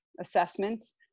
assessments